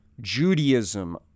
Judaism